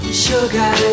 sugar